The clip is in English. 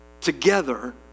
together